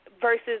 versus